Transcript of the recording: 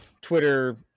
Twitter